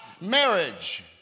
marriage